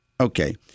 Okay